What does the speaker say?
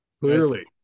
clearly